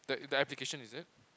the the application is it